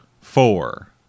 four